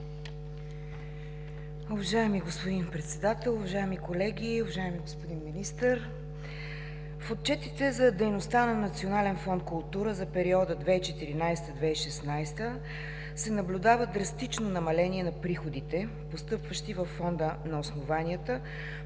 Уважаеми господин Председател, уважаеми колеги! Уважаеми господин министър, в отчетите за дейността на Национален фонд „Култура“ за периода 2014 – 2016 г. се наблюдава драстично намаление на приходите, постъпващи във Фонда, на основанията,